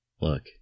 look